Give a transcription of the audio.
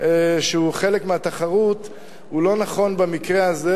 שהוא חלק מהתחרות הוא לא נכון במקרה הזה,